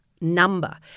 Number